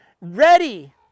ready